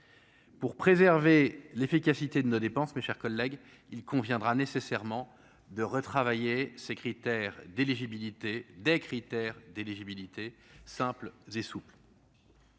Pour préserver l'efficacité de nos dépenses, mes chers collègues, il conviendra nécessairement de retravailler ses critères d'éligibilité des critères d'éligibilité, simple et souple.